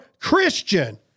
Christian